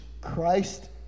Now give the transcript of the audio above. Christ